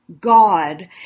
God